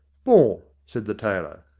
bon, said the tailor.